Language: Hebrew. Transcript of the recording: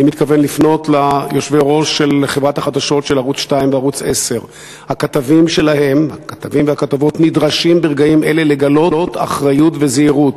אני מתכוון לפנות ליושבי-ראש של חברת החדשות של ערוץ 2 וערוץ 10. הכתבים והכתבות שלהם נדרשים ברגעים כאלה לגלות אחריות וזהירות.